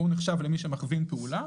ולכן הוא נחשב למי שמכווין פעולה.